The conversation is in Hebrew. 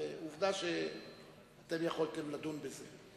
עובדה שאתם יכולתם לדון בזה.